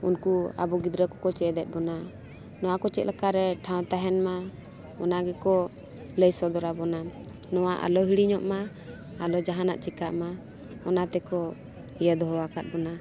ᱩᱱᱠᱩ ᱟᱵᱚ ᱜᱤᱫᱽᱨᱟᱹ ᱠᱚᱠᱚ ᱪᱮᱫ ᱮᱫ ᱵᱚᱱᱟ ᱱᱚᱣᱟ ᱠᱚ ᱪᱮᱫᱞᱮᱠᱟ ᱨᱮ ᱴᱷᱟᱶ ᱛᱟᱦᱮᱱ ᱢᱟ ᱚᱱᱟ ᱜᱮᱠᱚ ᱞᱟᱹᱭ ᱥᱚᱫᱚᱨᱟᱵᱚᱱᱟ ᱱᱚᱣᱟ ᱟᱞᱚ ᱦᱤᱲᱤᱧᱚᱜ ᱢᱟ ᱟᱞᱚ ᱡᱟᱦᱟᱱᱟᱜ ᱪᱮᱠᱟᱜ ᱢᱟ ᱚᱱᱟ ᱛᱮᱠᱚ ᱤᱭᱟᱹ ᱫᱚᱦᱚ ᱟᱠᱟᱫ ᱵᱚᱱᱟ